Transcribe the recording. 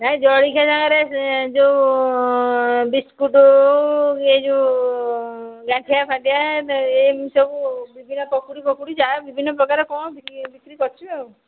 ନାହିଁ ଜଳଖିଆ ସାଙ୍ଗରେ ସେ ଯେଉଁ ବିସ୍କୁଟ ଏ ଯେଉଁ ଗାଣ୍ଠିଆ ଫାଟିଆ ଏମିତି ସବୁ ବିଭିନ୍ନ ପକୁଡ଼ି ଫକୁଡ଼ି ଯାହା ବିଭିନ୍ନ ପ୍ରକାର କ'ଣ ବିକ୍ରି ବିକ୍ରି କରୁଛୁ ଆଉ